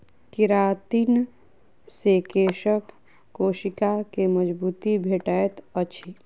keratin से केशक कोशिका के मजबूती भेटैत अछि